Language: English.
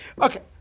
Okay